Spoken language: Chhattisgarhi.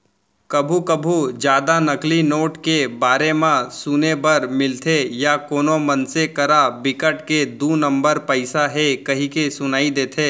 कभू कभू जादा नकली नोट के बारे म सुने बर मिलथे या कोनो मनसे करा बिकट के दू नंबर पइसा हे कहिके सुनई देथे